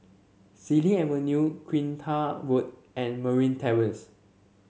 Xilin Avenue Kinta Road and Marine Terrace